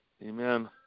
Amen